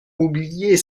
oublier